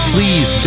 Please